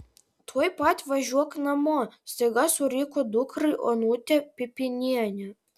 tuoj pat važiuok namo staiga suriko dukrai onutė pipynienė